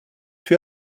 für